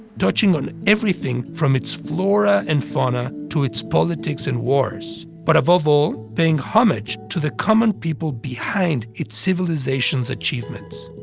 touching on everything from its flora and fauna to its politics and wars, but above all paying homage to the common people behind its civilizations' achievements.